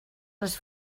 les